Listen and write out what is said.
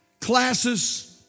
classes